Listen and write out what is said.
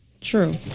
True